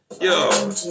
Yo